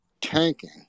tanking